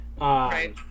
Right